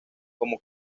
como